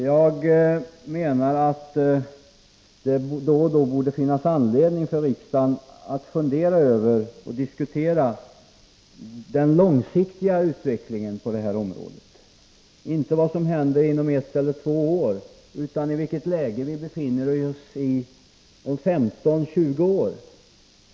Jag menar att det borde finnas anledning för riksdagen att då och då fundera över och diskutera den långsiktiga utvecklingen på detta område — inte vad som händer inom ett eller två år utan i vilket läge vi befinner oss om 15-20 år.